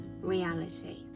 reality